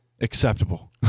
acceptable